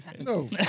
No